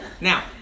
Now